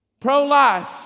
Pro-life